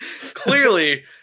Clearly